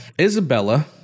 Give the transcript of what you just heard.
Isabella